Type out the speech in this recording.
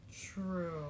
True